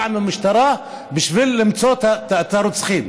עם המשטרה בשביל למצוא את הרוצחים.